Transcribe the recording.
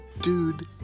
dude